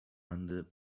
under